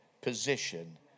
position